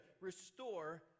restore